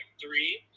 three